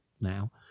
now